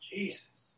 Jesus